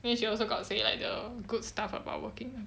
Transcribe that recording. then she also got say like the good stuff about working